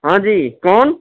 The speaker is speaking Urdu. ہاں جی کون